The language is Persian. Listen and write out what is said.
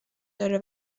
داره